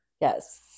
Yes